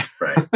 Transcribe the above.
Right